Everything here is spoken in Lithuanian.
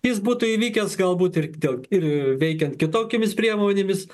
jis būtų įvykęs galbūt ir dėl ir veikiant kitokiomis priemonėmis